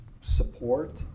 support